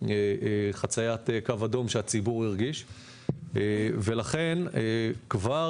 חציית קו אדום שהציבור הרגיש ולכן כבר